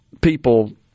people